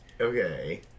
Okay